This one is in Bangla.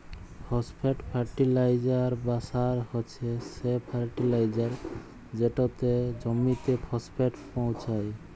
ফসফেট ফার্টিলাইজার বা সার হছে সে ফার্টিলাইজার যেটতে জমিতে ফসফেট পোঁছায়